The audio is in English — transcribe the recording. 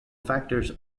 factors